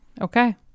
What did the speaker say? okay